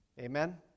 Amen